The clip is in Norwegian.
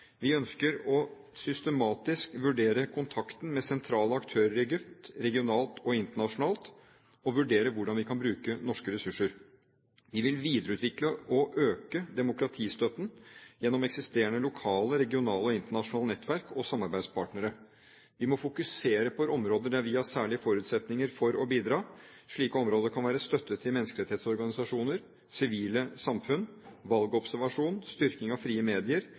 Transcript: Vi ønsker systematisk å vurdere kontakten med sentrale aktører i Egypt, regionalt og internasjonalt, og vurdere hvordan vi kan bruke norske ressurser. Vi vil videreutvikle og øke demokratistøtten gjennom eksisterende lokale, regionale og internasjonale nettverk og samarbeidspartnere. Vi må fokusere på områder der vi har særlige forutsetninger for å bidra. Slike områder kan være støtte til menneskerettighetsorganisasjoner, sivile samfunn, valgobservasjon, styrking av frie medier,